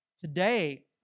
Today